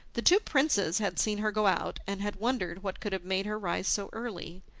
the two princes had seen her go out, and had wondered what could have made her rise so early.